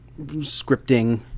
scripting